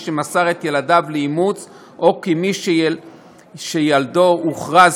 שמסר את ילדיו לאימוץ או כמי שילדו הוכרז